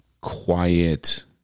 quiet